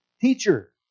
Teacher